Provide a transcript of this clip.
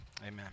Amen